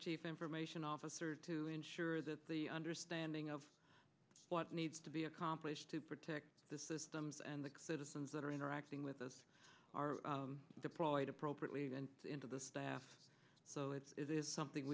chief information officer to ensure that the understanding of what needs to be accomplished to protect the systems and the citizens that are interacting with us are deployed appropriately into the staff so it's something